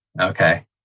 Okay